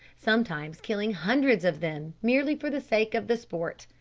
sometimes killing hundreds of them merely for the sake of the sport,